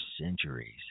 centuries